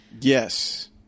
yes